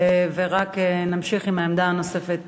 נמשיך עם העמדה הנוספת